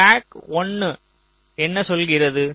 clock 1 என்ன சொல்கிறது